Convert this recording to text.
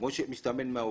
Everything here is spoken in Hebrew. כמו שמסתמן מהעובדות,